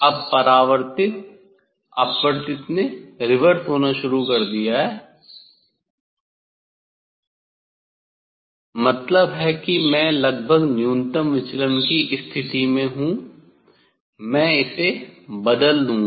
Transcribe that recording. अब परावर्तितअपवर्तित ने रिवर्स होना शुरू कर दिया है मतलब है कि मैं लगभग न्यूनतम विचलन की स्थिति में हूं मैं इसे बदल दूंगा